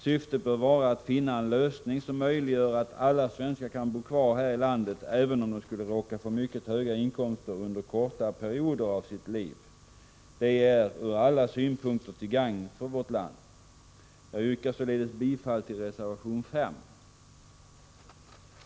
Syftet bör vara att finna en lösning som möjliggör att alla svenskar kan bo kvar här i landet även om de skulle råka få mycket höga inkomster under kortare perioder av sitt liv. Det är ur alla synpunkter till gagn för vårt land. Jag yrkar således bifall till reservation 5.